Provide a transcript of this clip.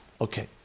Okay